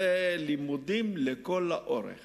לימודים לכל האורך